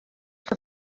que